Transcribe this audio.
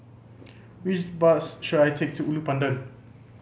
which bus should I take to Ulu Pandan